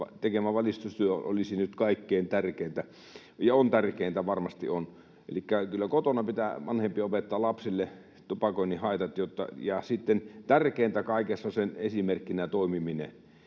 tekemä valistustyö olisi nyt kaikkein tärkeintä — ja on tärkeintä, varmasti on. Elikkä kyllä kotona pitää vanhempien opettaa lapsille tupakoinnin haitat, ja sitten tärkeintä kaikessa on esimerkkinä toimiminen.